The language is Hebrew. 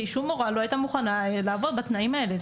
שום מורה לא הייתה מוכנה לעבוד בתנאים האלה.